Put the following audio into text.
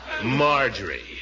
Marjorie